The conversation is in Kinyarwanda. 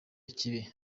ikibi